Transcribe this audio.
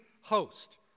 host